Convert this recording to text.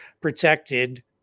protected